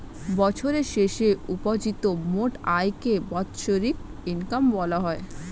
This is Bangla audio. বছরের শেষে উপার্জিত মোট আয়কে বাৎসরিক ইনকাম বলা হয়